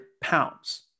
pounds